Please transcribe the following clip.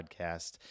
podcast